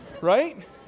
Right